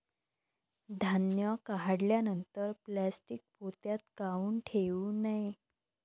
धान्य काढल्यानंतर प्लॅस्टीक पोत्यात काऊन ठेवू नये?